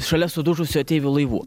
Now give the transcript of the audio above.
šalia sudužusių ateivių laivų